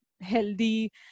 healthy